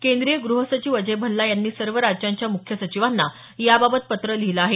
केंद्रीय गृह सचिव अजय भल्ला यांनी सर्व राज्यांच्या मुख्य सचिवांना याबाबत पत्र लिहिलं आहे